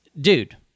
dude-